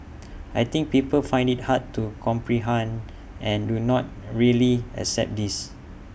I think people find IT hard to comprehend and do not really accept this